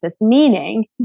meaning